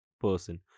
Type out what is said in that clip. person